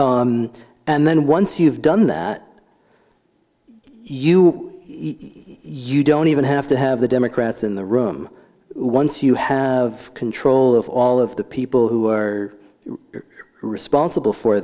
states and then once you've done that you you don't even have to have the democrats in the room once you have control of all of the people who are responsible for